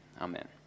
amen